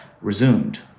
resumed